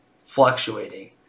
fluctuating